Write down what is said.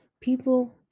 People